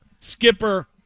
Skipper